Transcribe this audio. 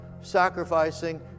sacrificing